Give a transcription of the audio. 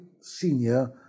senior